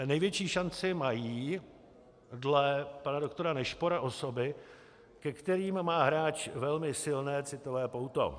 Největší šanci mají dle pana doktora Nešpora osoby, ke kterým má hráč velmi silné citové pouto.